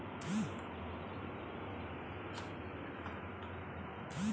ನನ್ನ ಜಾಗ ಜಾಯಿಂಟ್ ಅಕೌಂಟ್ನಲ್ಲಿದ್ದರೆ ನೀವು ಸಾಲ ಕೊಡ್ತೀರಾ?